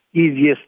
easiest